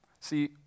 See